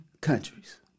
countries